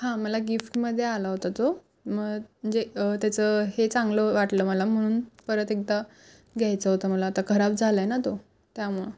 हां मला गिफ्टमध्ये आला होता तो म म्हणजे त्याचं हे चांगलं वाटलं मला म्हणून परत एकदा घ्यायचं होतं मला तर खराब झाला आहे ना तो त्यामुळं